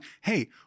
hey